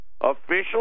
official